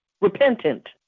repentant